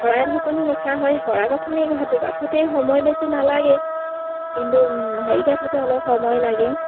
শৰাই ঢাকনি গঁঠা হয় শৰাই গাঁথনি গাঁঠোঁতে সময় বেছি নালাগে কিন্তু হেৰি গাঁঠোঁতে অলপ সময় লাগে